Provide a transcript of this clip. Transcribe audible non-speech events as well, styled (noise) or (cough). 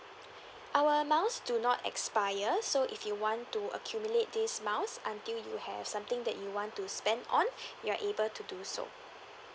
our miles do not expire so if you want to accumulate this miles until you have something that you want to spend on (breath) you're able to do so